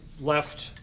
left